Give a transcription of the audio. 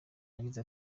yagize